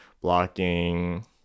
blocking